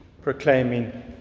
proclaiming